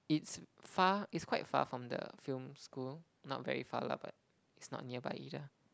it's far it's quite far from the film school not very far lah but it's not nearby either